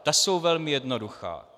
Ta jsou velmi jednoduchá.